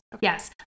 Yes